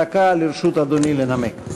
דקה לרשות אדוני לנמק.